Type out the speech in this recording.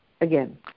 again